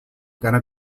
gonna